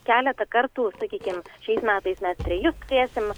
keletą kartų sakykim šiais metais net trejus turėsim